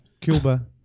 Cuba